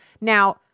Now